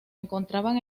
encontraban